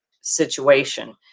situation